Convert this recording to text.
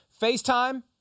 FaceTime